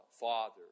Father